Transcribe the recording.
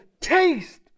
taste